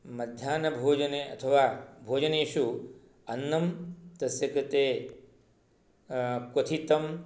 मध्यान्नभोजने अथवा भोजनेषु अन्नं तस्य कृते क्वथितं